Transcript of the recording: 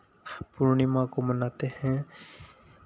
पूर्णिमा को मनाते हैं